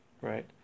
right